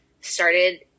started